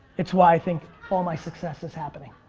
it's why i think all my success is happening.